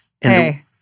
hey